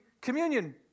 communion